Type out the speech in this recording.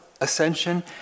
ascension